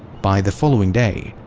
by the following day,